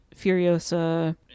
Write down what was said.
Furiosa